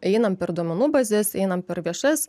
einam per duomenų bazes einam per viešas